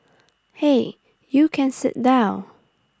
hey you can sit down